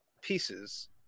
pieces